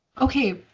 Okay